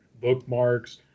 bookmarks